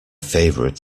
favorite